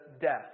death